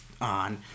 on